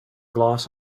gloss